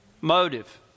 Motive